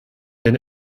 den